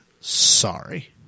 Sorry